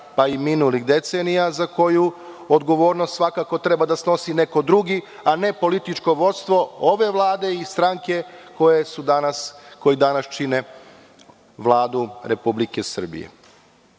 pa i minulih decenija i za koju odgovornost svakako treba da snosi neko drugi, a ne političko vođstvo ove Vlade i stranke koje danas čine Vladu Republike